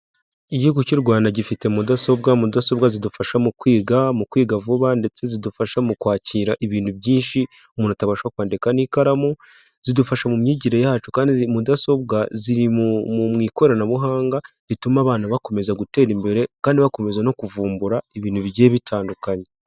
Igihugu cy'u Rwanda gifite mudasobwa, mudasobwa zidufasha mu kwiga, mu kwiga vuba ndetse zidufasha mu kwakira ibintu byinshi umuntu atabasha kwandika n'ikaramu, zidufasha mu myigire yacu kandi mudasobwa ziri mu ikoranabuhanga rituma abana bakomeza gutera imbere kandi bakomeza no kuvumbura ibintu bigiye bitandukanye.